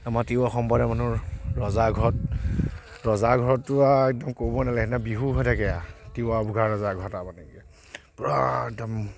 আমাৰ তিৱা সম্প্ৰদায় মানুহ ৰজা ঘৰত ৰজা ঘৰততো আৰু একদম ক'বই নালাগে সেইদিনা বিহু হৈ থাকে আৰু তিৱা গোভা ৰজাৰ ঘৰত আৰু মানে এনেকৈ পুৰা একদম